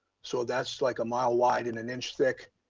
so that's like a mile wide and an inch thick.